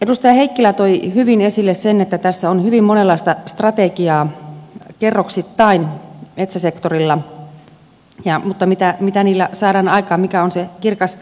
edustaja heikkilä toi hyvin esille sen että tässä on hyvin monenlaista strategiaa kerroksittain metsäsektorilla mutta mitä niillä saadaan aikaan mikä on se kirkas maali